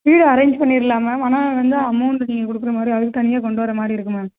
கீழே அரேஞ்ச் பண்ணிரலாம் மேம் ஆனால் வந்து அமௌண்டு நீங்கள் கொடுக்கற மாதிரி அதுக்குத் தனியாக கொண்டு வர மாதிரி இருக்கும் மேம்